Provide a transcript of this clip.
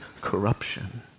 corruption